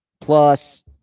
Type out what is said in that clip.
plus